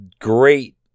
great